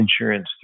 insurance